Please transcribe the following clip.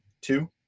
two